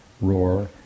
roar